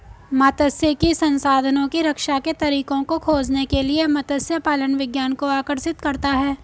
मात्स्यिकी संसाधनों की रक्षा के तरीकों को खोजने के लिए मत्स्य पालन विज्ञान को आकर्षित करता है